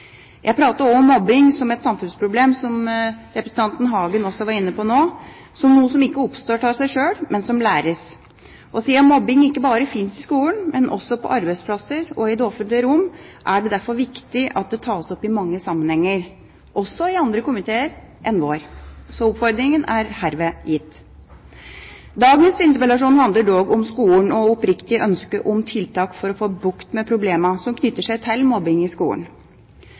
Jeg snakket også om mobbing som et samfunnsproblem, som representanten Hagen også var inne på nå, som noe som ikke oppstår av seg sjøl, men som læres. Siden mobbing ikke bare finnes i skolen, men også på arbeidsplasser og i det offentlige rom, er det derfor viktig at det tas opp i mange sammenhenger – også i andre komiteer enn vår. Så oppfordringen er herved gitt! Dagens debatt handler dog om skolen og om oppriktige ønsker om tiltak for å få bukt med de problemene som knytter seg til mobbing i skolen.